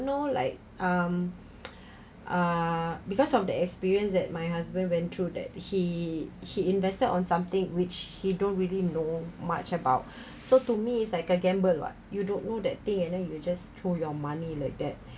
know like um uh because of the experience that my husband went through that he he invested on something which he don't really know much about so to me is like a ga~ gamble [what] you don't know that thing and then you just throw your money like that